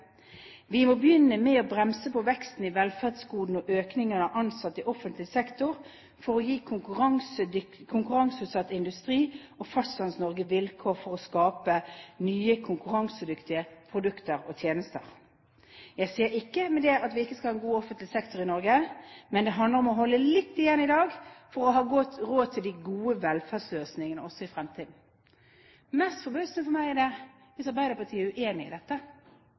må begynne med å bremse på veksten i velferdsgodene og økningen av ansatte i offentlig sektor, for å gi konkurranseutsatt industri og fastlands-Norge vilkår for å skape nye konkurransedyktige produkter og tjenester. Jeg sier ikke med det at vi ikke skal ha en god offentlig sektor i Norge, men det handler om å holde litt igjen i dag for å ha råd til de gode velferdsløsningene også i framtida.» Mest forbausende for meg er det hvis Arbeiderpartiet er uenig i dette.